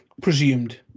presumed